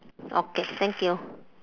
okay thank you